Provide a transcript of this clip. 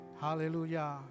Hallelujah